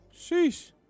Sheesh